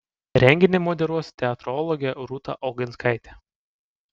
renginį moderuos teatrologė rūta oginskaitė